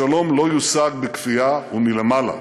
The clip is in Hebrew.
השלום לא יושג בכפייה ומלמעלה,